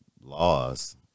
laws